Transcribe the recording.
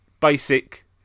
basic